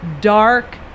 dark